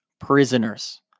prisoners